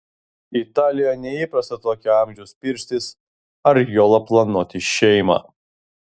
italijoje neįprasta tokio amžiaus pirštis ar juolab planuoti šeimą